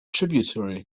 tributary